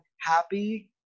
happy